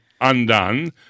undone